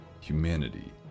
Humanity